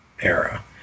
era